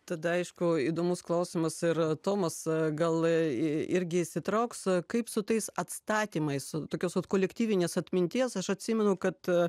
tada aišku įdomus klausimas ir tomas gal irgi įsitrauks kaip su tais atstatymais tokios kolektyvinės atminties aš atsimenu kad